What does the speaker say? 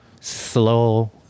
slow